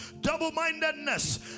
double-mindedness